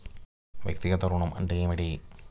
వ్యక్తిగత ఋణం అంటే ఏమిటి?